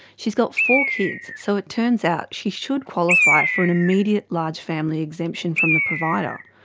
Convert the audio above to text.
she's got four kids so it turns out, she should qualify for an immediate large family exemption from the provider.